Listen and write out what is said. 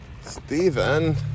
Stephen